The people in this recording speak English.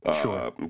Sure